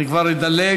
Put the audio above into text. אני כבר אדלג